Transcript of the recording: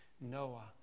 Noah